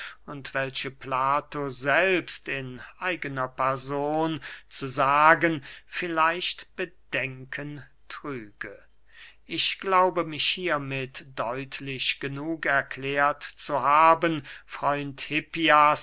und welche plato selbst in eigener person zu sagen vielleicht bedenken trüge ich glaube mich hiermit deutlich genug erklärt zu haben freund hippias